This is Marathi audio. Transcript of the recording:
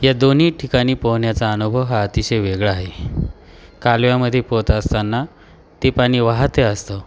या दोन्ही ठिकाणी पोहण्याचा अनुभव हा अतिशय वेगळा आहे कालव्यामधे पोहत असताना ते पाणी वाहते असतं